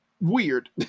weird